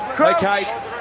Okay